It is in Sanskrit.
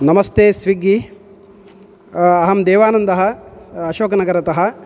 नमस्ते स्विग्गी अहं देवानन्दः अशोकनगरतः